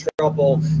trouble